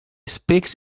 speaks